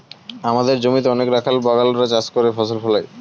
আমাদের জমিতে অনেক রাখাল বাগাল রা চাষ করে ফসল ফলায়